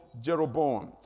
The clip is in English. Jeroboam